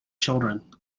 children